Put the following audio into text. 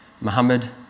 Muhammad